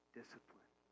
discipline